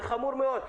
זה חמור מאוד.